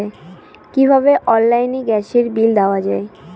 কিভাবে অনলাইনে গ্যাসের বিল দেওয়া যায়?